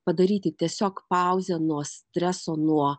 padaryti tiesiog pauzę nuo streso nuo